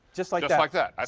just like just like that.